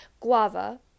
Guava